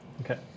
Okay